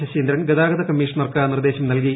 ശശീന്ദ്രൻ ഗതാഗത കമ്മീഷണർക്ക് നിർദ്ദേശം നൽകി